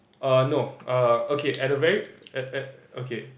uh no uh okay at the very err err okay